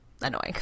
annoying